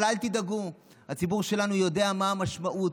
אבל אל תדאגו, הציבור שלנו יודע מה המשמעות.